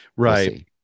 Right